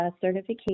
certification